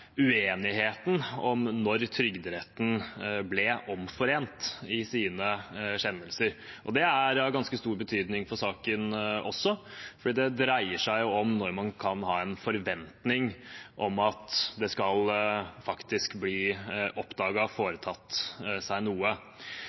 uenigheten om når Trygderetten ble omforent i sine kjennelser. Det er av ganske stor betydning for saken også, for det dreier seg om når man kan ha en forventning om at en faktisk skal oppdage det og foreta seg noe.